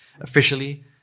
Officially